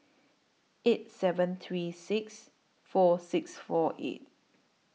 eight seven three six four six four eight